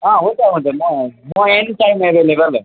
अँ हुन्छ हुन्छ म म एनी टाइम एभाइलेबल हो